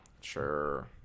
Sure